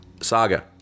Saga